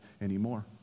anymore